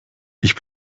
ich